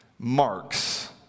Marks